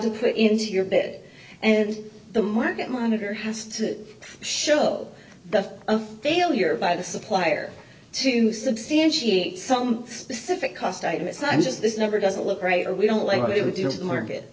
to put into your bit and the market monitor has to show the failure by the supplier to substantiate some specific cost item it's not just this number doesn't look right we don't like to deal with market